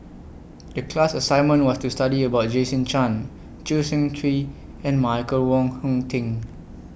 The class assignment was to study about Jason Chan Choo Seng Quee and Michael Wong Hong Teng